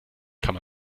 kann